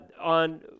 on